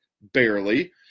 barely